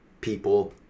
people